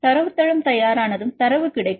தரவுத்தளம் தயாரானதும் தரவு கிடைக்கும்